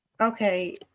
okay